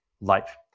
life